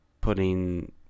putting